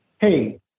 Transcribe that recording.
Hey